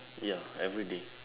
ya everyday